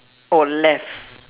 oh left